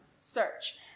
search